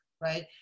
Right